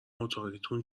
اتاقیتون